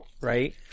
right